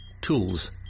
tools